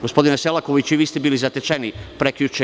Gospodine Selakoviću i vi ste bili zatečeni prekjuče.